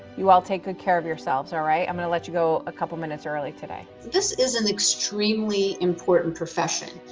you all take good care of yourselves. all right. i'm going to let you go a couple of minutes early today. this is an extremely important profession.